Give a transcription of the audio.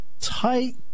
Tight